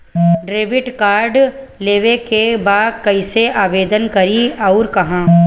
Debit card लेवे के बा कइसे आवेदन करी अउर कहाँ?